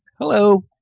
Hello